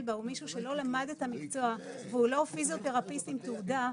בה הוא מישהו שלא למד את המקצוע והוא לא פיזיותרפיסט עם תעודה,